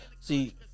see